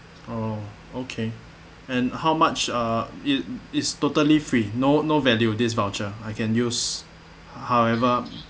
oh okay and how much uh it it's totally free no no value this voucher I can use however